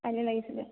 কাইলৈ লাগিছিলে